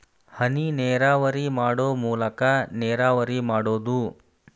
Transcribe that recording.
ಹನಿನೇರಾವರಿ ಮಾಡು ಮೂಲಾಕಾ ನೇರಾವರಿ ಮಾಡುದು